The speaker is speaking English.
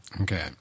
Okay